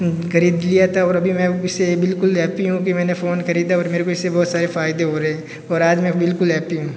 ख़रीद लिया था और अभी मैं इससे बिल्कुल हैप्पी हूँ कि मैंने फ़ोन ख़रीदा और मेरे को इससे बहुत सारे फ़ायदे हो रहे है और आज मैं बिलकुल हैप्पी हूँ